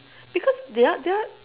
because their their